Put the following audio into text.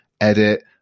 edit